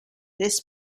this